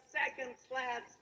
second-class